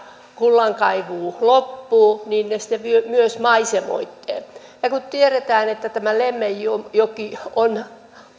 kullankaivuu aikanansa loppuu niin he sitten myös maisemoivat ne ja kun tiedetään että lemmenjoki on